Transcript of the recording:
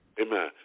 Amen